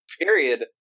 period